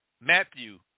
Matthew